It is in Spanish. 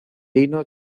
lino